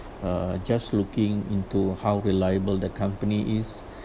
uh just looking into how reliable the company is